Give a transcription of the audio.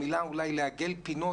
המילה אולי לעגל פינות,